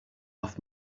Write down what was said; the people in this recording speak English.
off